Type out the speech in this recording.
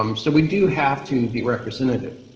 um so we do have to be representative.